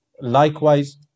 Likewise